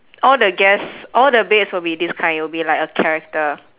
all the guests all the beds will be this kind it'll be like a character